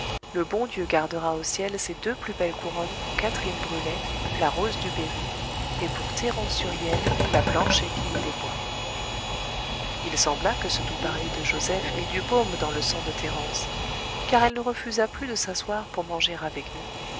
le bon dieu gardera au ciel ses deux plus belles couronnes pour catherine brulet la rose du berry et pour thérence huriel la blanche épine des bois il sembla que ce doux parler de joseph mît du baume dans le sang de thérence car elle ne refusa plus de s'asseoir pour manger avec nous